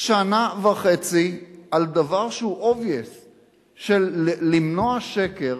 שנה וחצי על דבר שהוא obvious, של למנוע שקר